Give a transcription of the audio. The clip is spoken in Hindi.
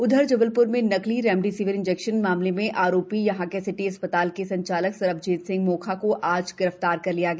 उधर जबलप्र में नकली रेमडेसीवीर इंजेक्शन मामले में आरोपी यहाँ के सिटी अस्पताल के संचालक सरबजीत सिंह मोखा को आज गिरफ्तार कर लिया गया